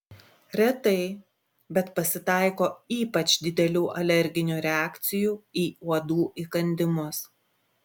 retai bet pasitaiko ypač didelių alerginių reakcijų į uodų įkandimus